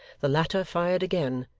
the latter fired again,